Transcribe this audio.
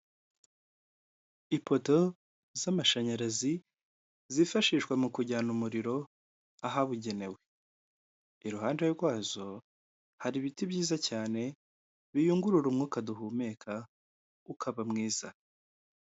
Ipoto z'amashanyarazi zifashishwa mu kujyana umuriro ahabugenewe iruhande rwazo hari ibiti byiza cyane biyungurura umwuka duhumeka ukaba mwiza.